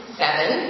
seven